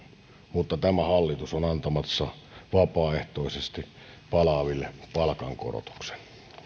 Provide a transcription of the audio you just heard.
mutta tämä hallitus on antamassa vapaaehtoisesti palaaville palkankorotuksen